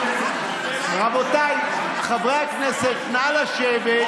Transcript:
רבותיי חברי הכנסת, נא לשבת.